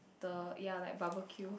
the ya like barbecue